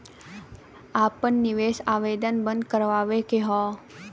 आपन निवेश आवेदन बन्द करावे के हौ?